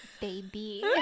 baby